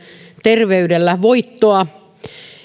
terveydellä myös voittoa